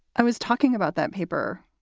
i was talking about that paper.